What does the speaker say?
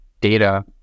data